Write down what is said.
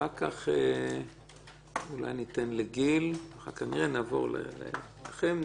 אחר כך אולי ניתן לגיל ונעבור לאחרים.